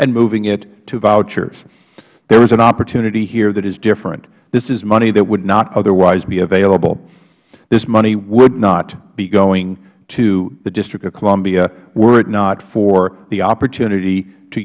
and moving it to vouchers there is an opportunity here that is different this is money that would not otherwise be available this money would not be going to the district of columbia were it not for the opportunity to